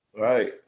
Right